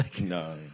No